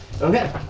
Okay